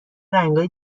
رنگای